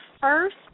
first